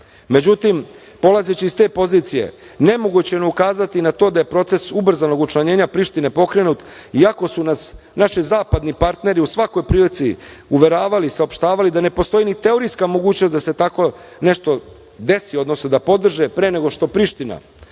polazeći iz te pozicije nemoguće je ne ukazati na to da je proces ubrzanog učlanjenja Prištine pokrenut iako su nas naši zapadni partneri u svakoj prilici uveravali i saopštavali da ne postoji ni teorijska mogućnost da se tako nešto desi, odnosno da podrže pre nego što Priština